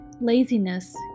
laziness